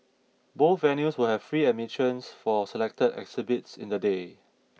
both venues will have free admissions for selected exhibits in the day